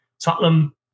Tottenham